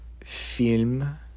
film